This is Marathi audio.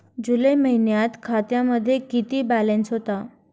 जुलै महिन्यात खात्यामध्ये किती बॅलन्स होता?